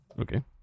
Okay